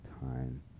time